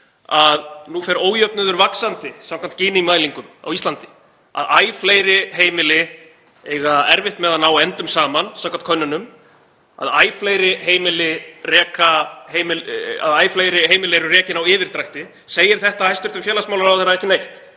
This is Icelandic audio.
að nú fer ójöfnuður vaxandi samkvæmt Gini-mælingum á Íslandi, að æ fleiri heimili eiga erfitt með að ná endum saman samkvæmt könnunum, að æ fleiri heimili eru rekin á yfirdrætti? Segir það hæstv. félags- og vinnumarkaðsráðherra ekki neitt